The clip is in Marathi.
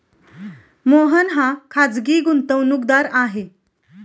मोहन हा खाजगी गुंतवणूकदार आहे